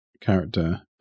character